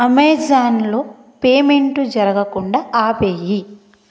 అమెజాన్లో పేమెంటు జరగకుండా ఆపేయి